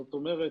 זאת אומרת,